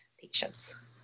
patients